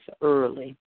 early